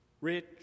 rich